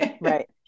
Right